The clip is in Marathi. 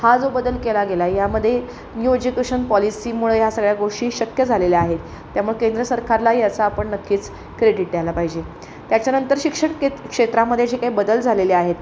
हा जो बदल केला गेला आहे यामध्ये न्यू एज्युकेशन पॉलिसीमुळे ह्या सगळ्या गोष्टी शक्य झालेल्या आहेत त्यामुळे केंद्र सरकारला याचा आपण नक्कीच क्रेडीट द्यायला पाहिजे त्याच्यानंतर शिक्षण के क्षेत्रामध्ये जे काही बदल झालेले आहेत